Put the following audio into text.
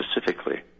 specifically